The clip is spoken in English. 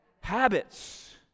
habits